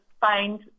find